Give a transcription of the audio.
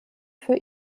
für